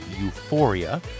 Euphoria